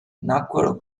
nacquero